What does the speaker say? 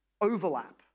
overlap